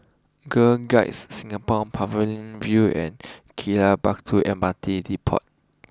Girl Guides Singapore Pavilion view and Gali Batu M R T Depot